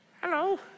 Hello